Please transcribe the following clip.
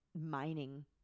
mining